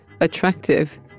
attractive